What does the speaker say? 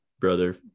brother